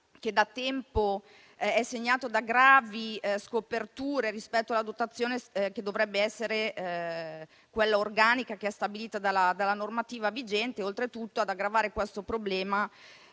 che da tempo è segnato da gravi scoperture rispetto alla dotazione organica, stabilita dalla normativa vigente. Oltretutto, ad aggravare questo problema